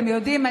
אתם יודעים,